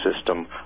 system